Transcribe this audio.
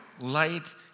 Light